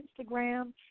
Instagram